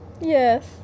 yes